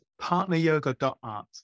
partneryoga.art